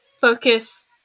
focus